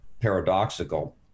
paradoxical